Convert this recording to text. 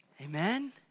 Amen